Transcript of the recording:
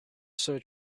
search